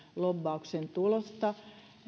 lobbauksen tulosta